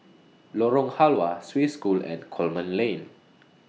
Lorong Halwa Swiss School and Coleman Lane